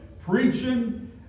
preaching